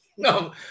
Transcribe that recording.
No